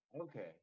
okay